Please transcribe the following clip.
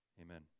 Amen